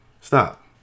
Stop